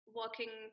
walking